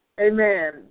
amen